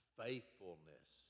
faithfulness